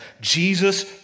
Jesus